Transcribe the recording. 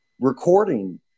recording